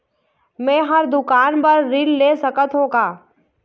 मैं हर दुकान बर ऋण ले सकथों का?